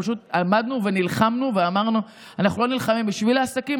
פשוט עמדנו ונלחמנו ואמרנו: אנחנו לא נלחמים בשביל העסקים,